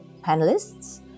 panelists